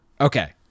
Okay